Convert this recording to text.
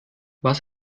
was